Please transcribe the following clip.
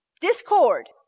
Discord